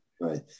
Right